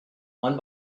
one